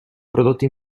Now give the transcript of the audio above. prodotti